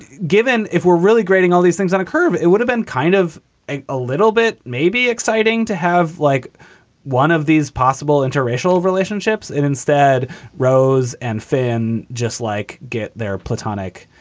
given if we're really grading all these things on a curve, it would have been kind of a a little bit maybe exciting to have like one of these possible interracial relationships and instead rose and fan just like get their platonic.